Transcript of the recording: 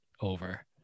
over